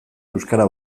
euskara